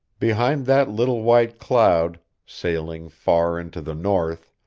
behind that little white cloud, sailing far into the north,